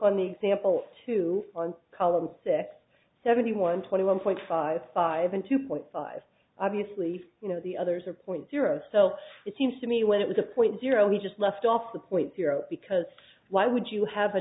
on the example two on column six seventy one twenty one point five five and two point five obviously you know the others are point zero so it seems to me when it was a point zero we just left off the point zero because why would you have a